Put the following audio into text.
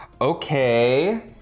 Okay